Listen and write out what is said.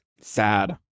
sad